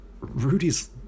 Rudy's